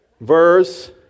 Verse